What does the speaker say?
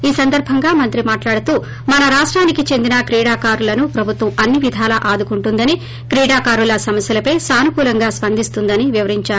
ఈ సందర్భంగా మంత్రి మాట్లాడుతూ మన రాష్టానికి చెందిన క్రీడాకారులను ప్రభుత్వం అన్ని విధాలా ఆదుకుంటుందని క్రీడాకారుల సమస్యలపై సానుకూలంగా స్పందిస్తుందని వివరిందారు